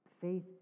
Faith